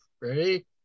Ready